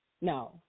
no